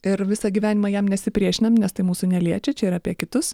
ir visą gyvenimą jam nesipriešinam nes tai mūsų neliečia čia yra apie kitus